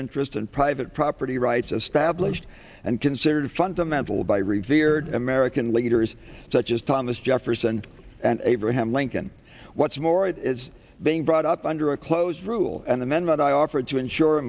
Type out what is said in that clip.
interest and private property rights as have pledged and considered fundamental by revier american leaders such as thomas jefferson and abraham lincoln what's more it is being brought up under a close rule an amendment i offered to ensure a